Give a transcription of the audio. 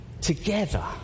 Together